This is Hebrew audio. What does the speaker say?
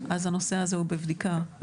הנושא הזה הוא בבדיקה.